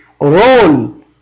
role